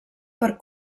per